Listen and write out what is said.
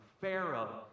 Pharaoh